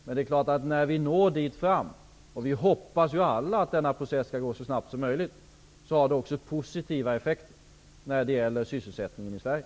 Men när vi når dit fram -- och alla hoppas vi ju att det skall gå så snabbt som möjligt -- blir det också positiva effekter för sysselsättningen i Sverige.